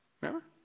Remember